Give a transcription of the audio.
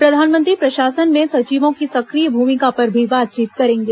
प्रधानमंत्री प्रशासन में सचिवों की सक्रिय भूमिका पर भी बातचीत करेंगे